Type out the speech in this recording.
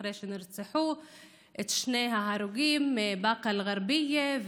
אחרי שנרצחו שני אנשים בבאקה אל-גרבייה,